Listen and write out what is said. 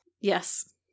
Yes